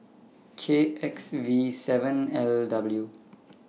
K X V seven L W